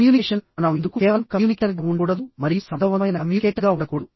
communication మనం ఎందుకు కేవలం కమ్యూనికేటర్గా ఉండకూడదు మరియు సమర్థవంతమైన కమ్యూనికేటర్గా ఉండకూడదు